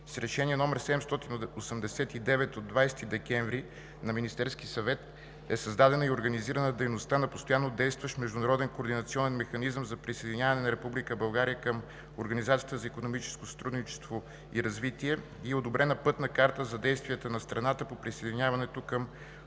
С Решение № 789 от 20 декември на Министерския съвет е създадена и организирана дейността на постоянно действащ международен координационен механизъм за присъединяване на Република България към Организацията за икономическо сътрудничество и развитие и е одобрена пътна карта за действията на страната по присъединяването към